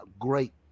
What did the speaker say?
great